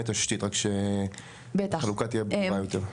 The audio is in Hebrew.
תשתית - רק שהחלוקה תהיה ברורה יותר.